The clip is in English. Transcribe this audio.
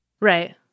Right